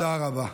תודה רבה.